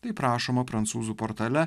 taip rašoma prancūzų portale